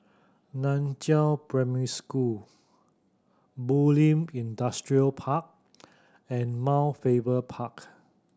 Nan Chiau Primary School Bulim Industrial Park and Mount Faber Park